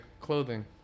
clothing